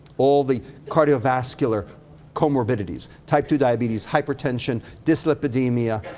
all the cardiovascular co-morbidities type two diabetes, hypertension, dyslipidemia,